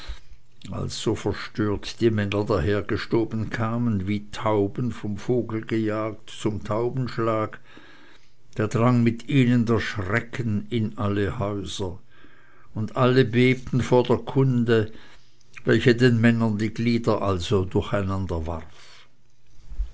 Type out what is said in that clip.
als so verstört die männer dahergestoben kamen wie tauben vom vogel gejagt zum taubenschlag da drang mit ihnen der schrecken in alle häuser und alle bebten vor der kunde welche den männern die glieder also